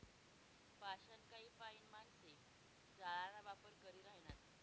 पाषाणकाय पाईन माणशे जाळाना वापर करी ह्रायनात